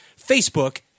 Facebook